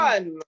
One